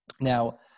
Now